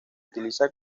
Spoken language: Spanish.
utiliza